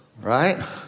Right